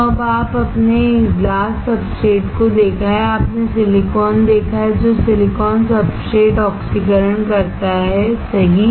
तो अब आपने ग्लास सब्सट्रेट को देखा है आपने सिलिकॉन देखा है जो सिलिकॉन सब्सट्रेटऑक्सीकरण करता हैसही